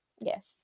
Yes